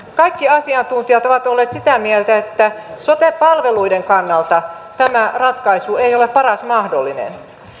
kaikki asiantuntijat ovat olleet sitä mieltä että sote palveluiden kannalta tämä ratkaisu ei ole paras mahdollinen